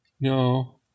No